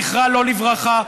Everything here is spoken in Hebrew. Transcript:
זכרה לא לברכה,